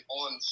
on